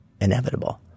inevitable